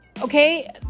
okay